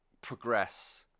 progress